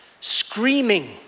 screaming